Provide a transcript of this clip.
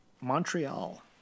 Montreal